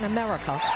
america